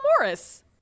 Morris